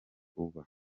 uba